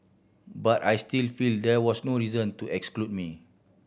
but I still feel there was no reason to exclude me